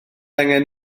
angen